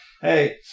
Hey